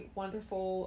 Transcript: wonderful